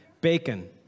Bacon